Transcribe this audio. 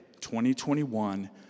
2021